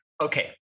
Okay